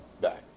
back